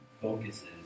Focuses